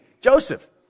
Joseph